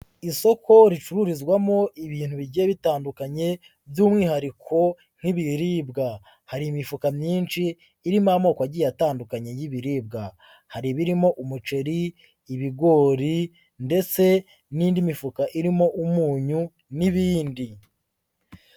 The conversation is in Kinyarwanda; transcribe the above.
Isoko ricururizwamo ibintu bigiye bitandukanye by'umwihariko nk'ibiribwa, hari imifuka myinshi irimo amoko agiye atandukanye y'ibiribwa, hari birimo umuceri, ibigori ndetse n'indi mifuka irimo umunyu n'ibindi.